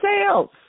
sales